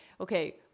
okay